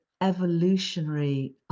evolutionary